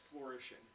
flourishing